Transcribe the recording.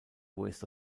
waste